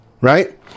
Right